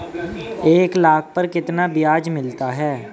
एक लाख पर कितना ब्याज मिलता है?